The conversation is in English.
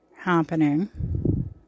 Happening